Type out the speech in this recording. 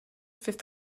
fifth